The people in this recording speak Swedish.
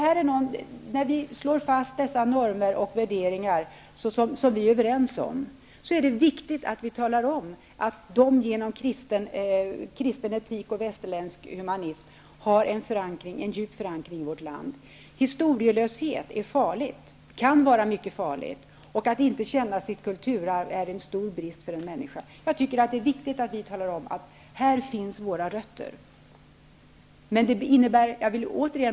När vi slår fast de normer och värderingar som vi är överens om, är det viktigt att tala om att de genom den kristna etiken och den västerländska humanismen är djupt förankrade i vårt land. Historielöshet kan vara mycket farligt. Att inte känna sitt kulturarv är en stor brist för en människa. Det är viktigt att tala om att våra rötter finns här.